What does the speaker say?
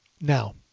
Now